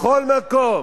בכל מקום,